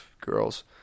girls